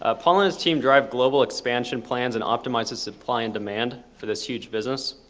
ah paul and his team drive global expansion plans and optimize the supply and demand for this huge business.